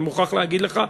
אני מוכרח להגיד לך,